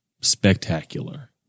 spectacular